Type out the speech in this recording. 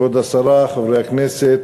כבוד השרה, חברי הכנסת,